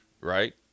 right